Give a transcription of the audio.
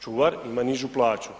Čuvar ima nižu plaću.